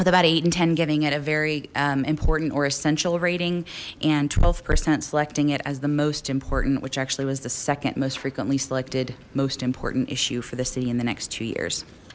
about eight and ten giving at a very important or essential rating and twelve percent selecting it as the most important which actually was the second most frequently selected most important issue for the city in the next two years